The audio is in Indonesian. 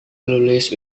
lulus